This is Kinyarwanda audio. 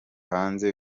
hanze